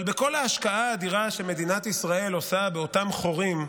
אבל בכל ההשקעה האדירה שמדינת ישראל עושה באותם חורים,